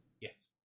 Yes